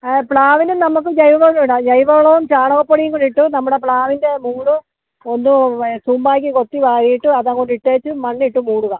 പ്ലാവിന് നമുക്ക് ജൈവം ഇടാം ജൈവവളവും ചാണകപ്പൊടിയുംകൂടി ഇട്ട് നമ്മുടെ പ്ലാവിന്റെ മൂഡ് ഒന്ന് തൂമ്പയ്ക്ക് കൊത്തി വാരിയിട്ട് അത് അങ്ങോട്ട് ഇട്ടേച്ച് മണ്ണിട്ട് മൂടുക